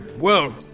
well.